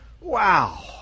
Wow